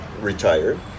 retired